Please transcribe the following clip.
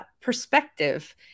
perspective